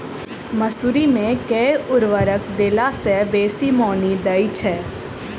मसूरी मे केँ उर्वरक देला सऽ बेसी मॉनी दइ छै?